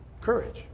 Courage